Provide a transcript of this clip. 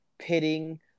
Pitting